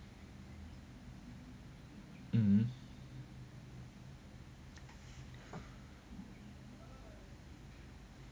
mmhmm